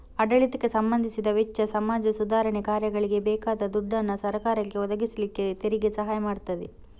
ಆಡಳಿತಕ್ಕೆ ಸಂಬಂಧಿಸಿದ ವೆಚ್ಚ, ಸಮಾಜ ಸುಧಾರಣೆ ಕಾರ್ಯಗಳಿಗೆ ಬೇಕಾದ ದುಡ್ಡನ್ನ ಸರಕಾರಕ್ಕೆ ಒದಗಿಸ್ಲಿಕ್ಕೆ ತೆರಿಗೆ ಸಹಾಯ ಮಾಡ್ತದೆ